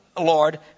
Lord